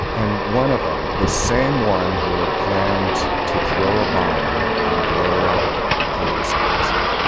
and one of them, the same one who had planned to throw a bomb and blow up the police officer,